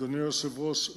אדוני היושב-ראש,